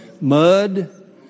Mud